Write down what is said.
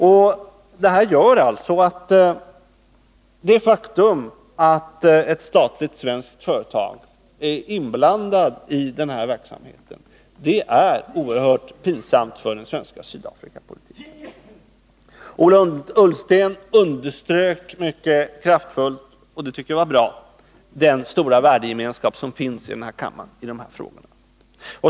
Allt detta gör att det faktum att ett statligt svenskt företag är inblandat i den här verksamheten är oerhört pinsamt för den svenska Sydafrikapolitiken. Ola Ullsten underströk mycket kraftfullt — och det tycker jag var bra — den stora värdegemenskap som finns i kammaren i de här frågorna.